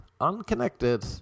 unconnected